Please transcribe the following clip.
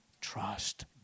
trust